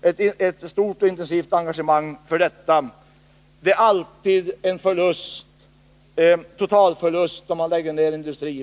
med ett stort och intensivt engagemang. Det är alltid en totalförlust om man lägger ned en industri.